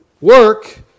work